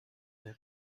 der